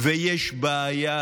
ויש בעיה,